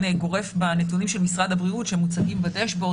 גורף בנתונים של משרד הבריאות שמוצגים בדשבורד.